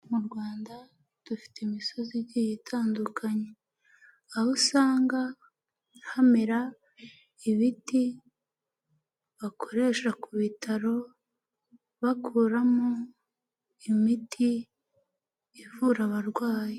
Mu Rwanda dufite imisozi igiye itandukanye aho usanga hamera ibiti bakoresha ku bitaro bakuramo imiti ivura abarwayi.